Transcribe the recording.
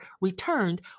returned